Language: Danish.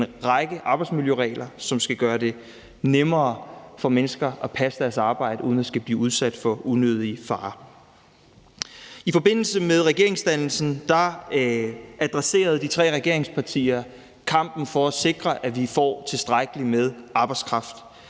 en række arbejdsmiljøregler, som skal gøre det nemmere for mennesker at passe deres arbejde uden at skulle blive udsat for unødige farer. I forbindelse med regeringsdannelsen adresserede de tre regeringspartier kampen for at sikre, at vi får tilstrækkeligt med arbejdskraft,